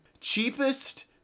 Cheapest